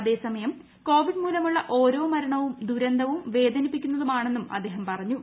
അതേസമയം കോവിഡ്മൂലമുള്ള ഓരോ മരണവും ദൂരന്തവും വേദനിപ്പിക്കുന്നതൂമാണെന്നും അദ്ദേഹം പറഞ്ഞു